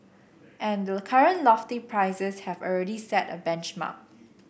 and the current lofty prices have already set a benchmark